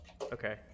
okay